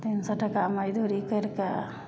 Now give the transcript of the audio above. तीन सओ टका मजदूरी करिके